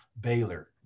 Baylor